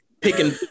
picking